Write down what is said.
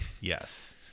yes